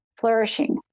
flourishing